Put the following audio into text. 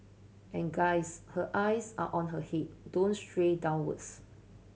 and guys her eyes are on her head don't stray downwards